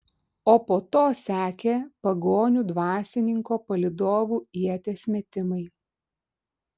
o po to sekė pagonių dvasininko palydovų ieties metimai